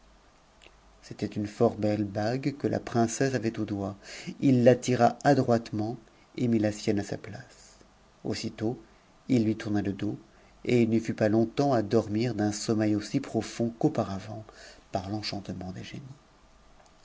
c'était une fort belle bague que la princesse avait au doigt i la tira adroitement et mit la sienne à la place aussitôt il lui tourna le dos et il ne fut pas longtemps à dormir d'un sommeil aussi profond qu'auparavant par l'enchantement des